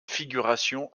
figuration